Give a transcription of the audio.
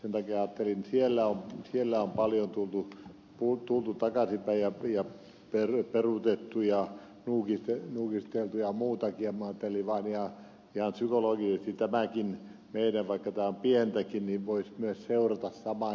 sen takia kun siellä on paljon tultu takaisinpäin ja peruutettu ja nuukisteltu ja psykologi ikäväkin teiden paikataan pientä kimi voit myös eulta saama